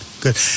good